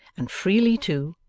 and freely too,